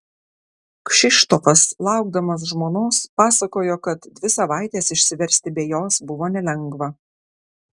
kšištofas laukdamas žmonos pasakojo kad dvi savaites išsiversti be jos buvo nelengva